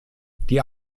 die